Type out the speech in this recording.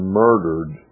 murdered